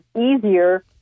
easier